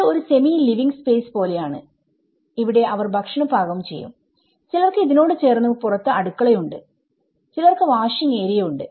ഇത് ഒരു semi living space പോലെയാണ് ഇവിടെ അവർ ഭക്ഷണം പാകം ചെയ്യും ചിലർക്ക് ഇതിനോട് ചേർന്ന് പുറത്ത് അടുക്കളയുണ്ട് ചിലർക്ക് വാഷിംഗ് ഏരിയ ഉണ്ട്